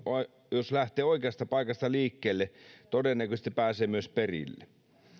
jos lähtee oikeasta paikasta liikkeelle todennäköisesti pääsee myös perille